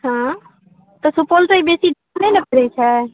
हँ तऽ सुपौलसॅं ई बेसी दूर नहि ने परै छै